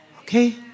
Okay